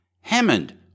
Hammond